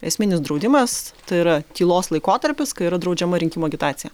esminis draudimas tai yra tylos laikotarpis kai yra draudžiama rinkimų agitacija